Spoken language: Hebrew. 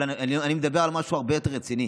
אבל אני מדבר על משהו הרבה יותר רציני.